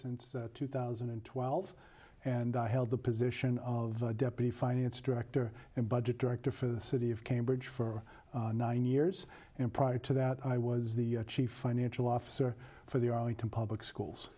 in two thousand and twelve and i held the position of deputy finance director and budget director for the city of cambridge for nine years and prior to that i was the chief financial officer for the arlington public schools